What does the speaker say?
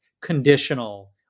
conditional